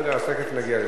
בסדר, תיכף נגיע לזה.